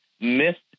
missed